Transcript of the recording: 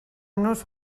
nos